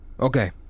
Okay